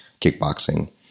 kickboxing